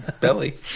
belly